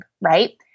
right